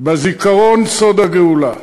בזיכרון סוד הגאולה,